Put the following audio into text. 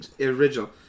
original